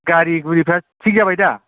गारि मगुरिफ्रा थिग जाबायदा